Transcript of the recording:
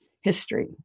history